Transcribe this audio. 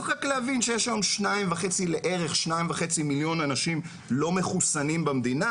צריך רק להבין שיש היום בערך 2.5 מיליון אנשים לא מחוסנים במדינה,